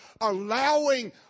allowing